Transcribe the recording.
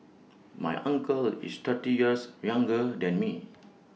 my uncle is thirty years younger than me